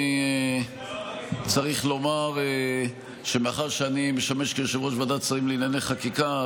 אני צריך לומר שמאחר שאני משמש כיו"ר ועדת שרים לענייני חקיקה,